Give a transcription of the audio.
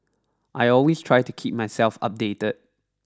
I always try to keep myself updated